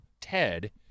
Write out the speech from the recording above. Ted